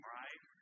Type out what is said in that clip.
right